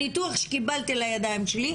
הניתוח שקיבלתי לידיים שלי,